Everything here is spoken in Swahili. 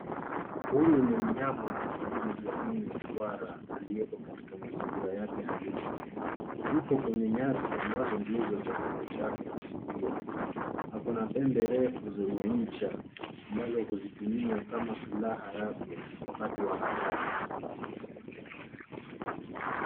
Huyu ni mnyama wa porini, jamii ya swara, aliyeko katika mazingira yake halisi. Yupo kwenye nyasi ambazo ndizo chakula chake asilia. Ako na pembe refu zenye ncha ambazo huzitumia kama silaha yake wakati wa hatari.